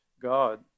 God